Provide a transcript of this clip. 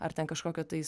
ar ten kažkokio tais